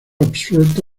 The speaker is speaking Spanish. absuelto